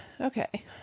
okay